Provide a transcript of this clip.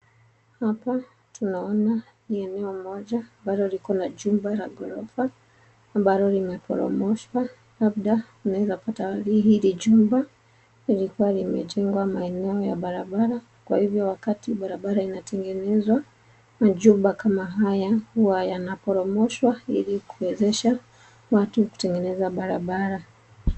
Hapa tunaona ni eneo moja ambalo liko na jumba la ghorofa ambalo linaboromoshwa labda unawezapata hili jumba lilikuwa limejengwa maeneo ya barabara kwa hivyo wakati barabara inatengenezwa ,majumba kama haya huwa yanaboromoshwa ili kuwezesha watu kutengeneza barabara.